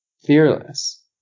fearless